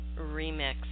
Remix